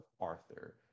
Arthur